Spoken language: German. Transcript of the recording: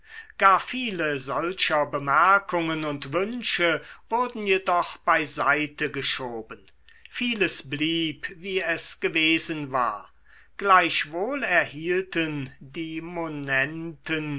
gar viele solcher bemerkungen und wünsche wurden jedoch bei seite geschoben vieles blieb wie es gewesen war gleichwohl erhielten die monenten